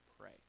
pray